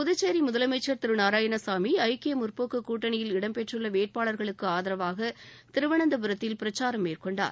புதுச்சேரி முதலமைச்சர் திரு நாராயணசாமி ஐக்கிய முற்போக்கு கூட்டணியில் இடம்பெற்றுள்ள வேட்பாளர்களுக்கு ஆதரவாக திருவனந்தபுரத்தில் பிரச்சாரம் மேற்கொண்டார்